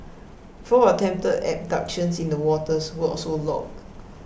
four attempted abductions in the waters were also logged